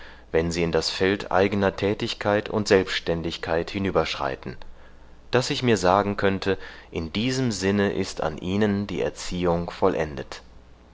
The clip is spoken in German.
wenn sie in das feld eigener tätigkeit und selbständigkeit hinüberschreiten daß ich mir sagen könnte in diesem sinne ist an ihnen die erziehung vollendet